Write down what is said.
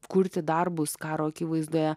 kurti darbus karo akivaizdoje